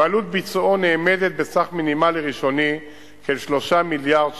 ועלות ביצועו נאמדת בסך מינימלי ראשוני של 3 מיליארד שקלים.